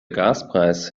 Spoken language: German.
gaspreis